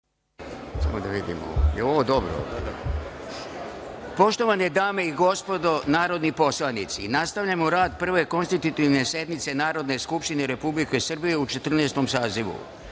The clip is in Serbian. Poštovane dame i gospodo narodni poslanici, nastavljamo rad Prve (konstitutivne) sednice Narodne skupštine Republike Srbije u Četrnaestom